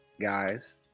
guys